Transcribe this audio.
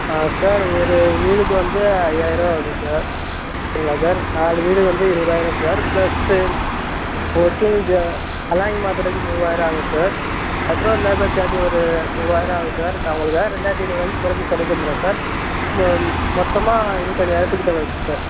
sir ஒரு வீலுக்கு வந்து ஐயாயர்ரூபா வருது சார் சரிங்களா சார் நாலு வீலு வந்து இருபதாயிரம் சார் ப்ளஸ்ஸு ஒர்க்கிங் ஜ அலாய்ங்க் மாற்றுறதுக்கு மூவாயர்ரூபா ஆகும் சார் அப்புறம் லேபர் சார்ஜு ஒரு மூவாயிரம் ஆகும் சார் நான் உங்களுக்காக ரெண்டாயிரத்தி ஐநூறுபாய்க்கு கொறச்சு பண்ணித் தந்துடறேன் சார் மொ மொத்தமாக இருபத்தஞ்சாயரத்துக்கிட்ட வருது சார்